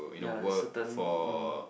ya is certain um